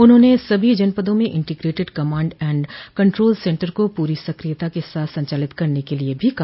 उन्होंने सभी जनपदों में integrated command and control centre को पूरी सक्रियता के साथ संचालित करने के लिये भी कहा